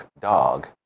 dog